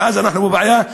ואז אנחנו בבעיה.